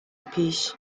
پیش